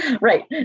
Right